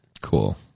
Cool